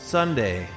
Sunday